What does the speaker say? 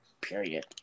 Period